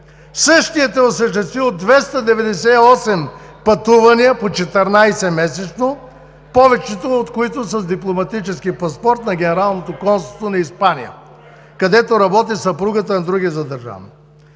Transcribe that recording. Същият е осъществил 298 пътувания по 14 месеца, повечето от които с дипломатически паспорт на генералното консулство на Испания, където работи съпругата на другия задържан.